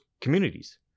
communities